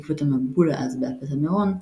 בעקבות המבול העז בהפטמרון,